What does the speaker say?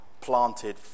planted